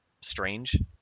strange